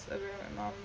a very memorable